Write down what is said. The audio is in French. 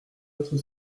être